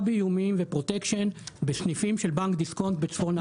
באיומים ופרוטקשן בסניפים של בנק דיסקונט בצפון הארץ.